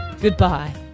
Goodbye